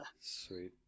Sweet